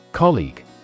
Colleague